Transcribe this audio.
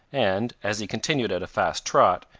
and, as he continued at a fast trot,